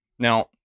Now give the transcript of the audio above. Now